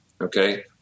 okay